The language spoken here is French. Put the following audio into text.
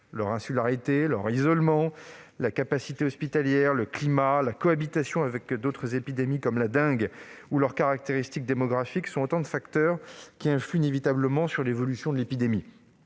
Leur insularité, leur isolement, leur capacité hospitalière, le climat, la cohabitation avec d'autres épidémies, comme la dengue, ou leurs caractéristiques démographiques sont autant de facteurs qui influent inévitablement sur l'évolution de l'épidémie.